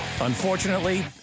Unfortunately